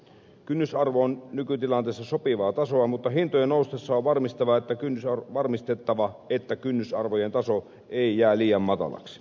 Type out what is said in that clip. kynnysarvot ovat nykytilanteessa sopivaa tasoa mutta hintojen noustessa on varmistettava että kynnysarvojen taso ei jää liian matalaksi